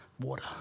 water